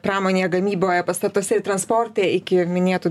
pramonėje gamyboje pastatuose ir transporte iki minėtų